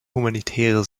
humanitäre